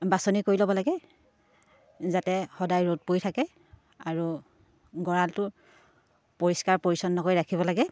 বাছনি কৰি ল'ব লাগে যাতে সদায় ৰ'দ পৰি থাকে আৰু গঁৰালটো পৰিষ্কাৰ পৰিচ্ছন্ন কৰি ৰাখিব লাগে